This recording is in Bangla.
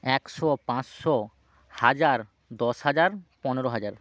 একশো পাঁচশো হাজার দশ হাজার পনেরো হাজার